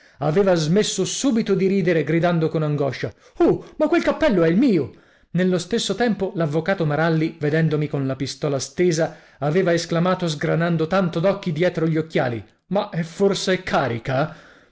aveva smesso subito di ridere gridando con angoscia uh ma quel cappello è il mio nello stesso tempo l'avvocato maralli vedendomi con la pistola stesa aveva esclamato sgranando tanto d'occhi dietro gli occhiali ma è forse carica